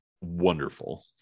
wonderful